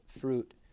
fruit